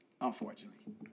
Unfortunately